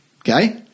okay